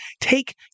take